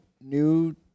new